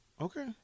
Okay